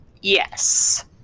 Yes